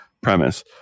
premise